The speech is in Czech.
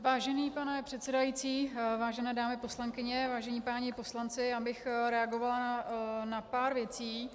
Vážený pane předsedající, vážené dámy poslankyně, vážení páni poslanci, já bych reagovala na pár věcí.